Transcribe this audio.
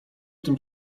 tym